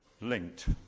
linked